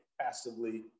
passively